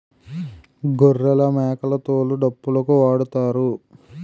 గొర్రెలమేకల తోలు డప్పులుకు వాడుతారు